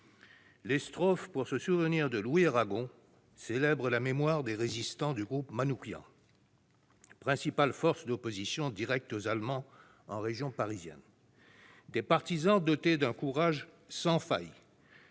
chers collègues, ces vers de Louis Aragon célèbrent la mémoire des résistants du groupe Manouchian, principale force d'opposition directe aux Allemands en région parisienne, des partisans dotés d'un courage sans faille,